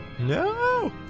No